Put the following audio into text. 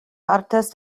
artes